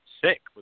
sick